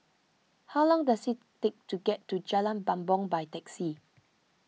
how long does it take to get to Jalan Bumbong by taxi